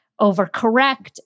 overcorrect